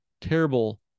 terrible